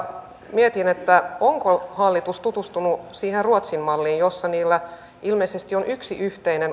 mietin onko hallitus tutustunut siihen ruotsin malliin jossa ilmeisesti on yksi yhteinen